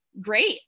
great